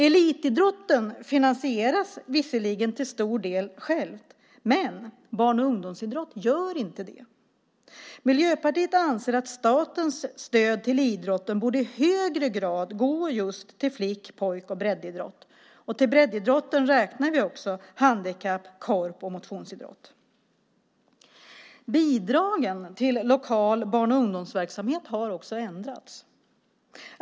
Elitidrotten finansierar visserligen till stor del sig själv, men barn och ungdomsidrott gör inte det. Miljöpartiet anser att statens stöd till idrotten i högre grad borde gå just till flick-, pojk och breddidrott. Till breddidrotten räknar vi också handikapp-, korp och motionsidrott. Bidragen till lokal barn och ungdomsverksamhet har också ändrats.